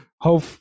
Hope